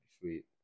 sweet